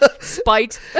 Spite